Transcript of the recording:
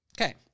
Okay